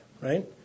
right